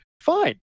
Fine